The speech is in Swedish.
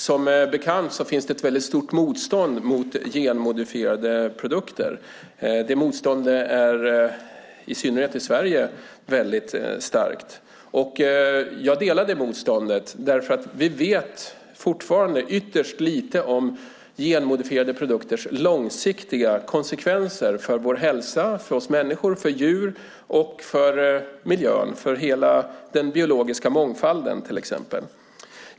Som bekant finns det ett stort motstånd mot genmodifierade produkter. Det motståndet är starkt i synnerhet i Sverige. Jag delar det motståndet. Vi vet ju fortfarande ytterst lite om genmodifierade produkters långsiktiga konsekvenser för hälsan för oss människor, för djur och för miljön, för hela den biologiska mångfalden.